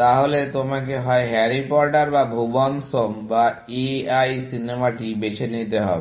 তাহলে তোমাকে হয় হ্যারি পটার বা ভুবন'স হোম বা A I সিনেমাটি বেছে নিতে হবে